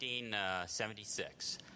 1976